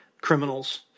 criminals